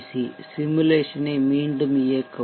C சிமுலேசனை மீண்டும் இயக்கவும்